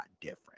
different